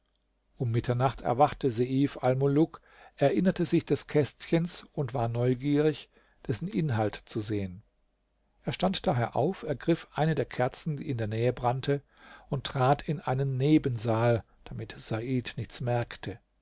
um mitternacht erwachte seif almuluk erinnerte sich des kästchens und war neugierig dessen inhalt zu sehen er stand daher auf ergriff eine der kerzen die in der nähe brannte und trat in einen nebensaal damit said nichts merkte